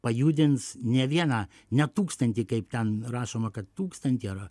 pajudins ne vieną ne tūkstantį kaip ten rašoma kad tūkstantį ar